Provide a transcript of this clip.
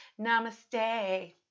Namaste